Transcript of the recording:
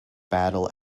battle